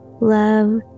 love